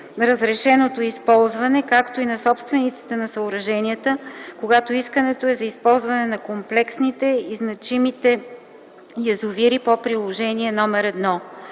разрешеното използване, както и на собствениците на съоръженията, когато искането е за използване на комплексните и значимите язовири по Приложение № 1.